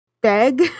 beg